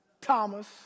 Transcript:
Thomas